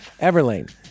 Everlane